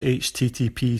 http